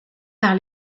par